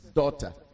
daughter